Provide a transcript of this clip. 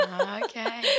Okay